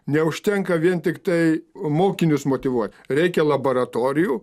neužtenka vien tiktai mokinius motyvuoti reikia laboratorijų